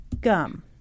gum